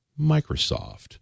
Microsoft